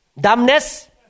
Dumbness